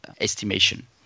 estimation